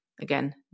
again